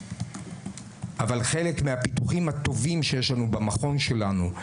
אבל חלק מהפיתוחים הטובים שיש לנו במכון שלנו,